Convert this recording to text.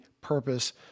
purpose